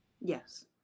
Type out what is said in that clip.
Yes